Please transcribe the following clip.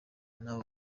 nawe